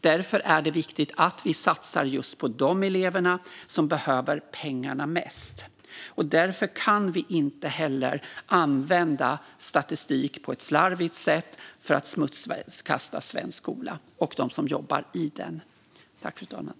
Därför är det viktigt att satsa på de elever som behöver pengarna mest, och därför kan vi inte heller använda statistik på ett slarvigt sätt för att smutskasta dem som jobbar i den svenska skolan.